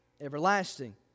everlasting